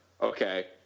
Okay